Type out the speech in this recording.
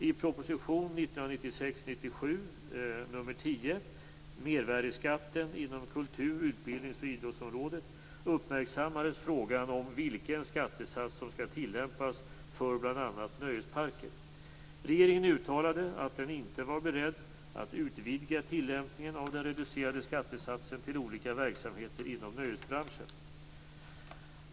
I proposition 1996/97:10 , Mervärdesskatten inom kultur-, utbildnings och idrottsområdet, uppmärksammades frågan om vilken skattesats som skall tillämpas för bl.a. nöjesparker. Regeringen uttalade att den inte var beredd att utvidga tillämpningen av den reducerade skattesatsen till olika verksamheter inom nöjesbranschen.